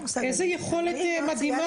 איזו יכולת מדהימה זאת.